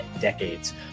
decades